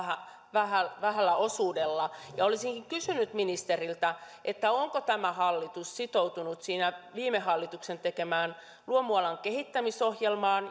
vähällä vähällä osuudella olisinkin kysynyt ministeriltä onko tämä hallitus sitoutunut viime hallituksen tekemään luomualan kehittämisohjelmaan